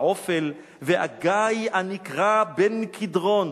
העופל והגיא הנקרא בן קדרון".